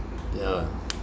yeah